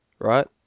Right